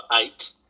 eight